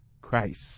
Christ